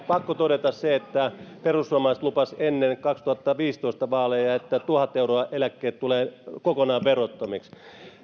pakko todeta se että perussuomalaiset lupasivat ennen vuoden kaksituhattaviisitoista vaaleja että tuhannen eurojen eläkkeet tulevat kokonaan verottomiksi